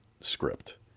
script